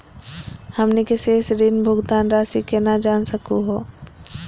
हमनी के शेष ऋण भुगतान रासी केना जान सकू हो?